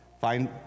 find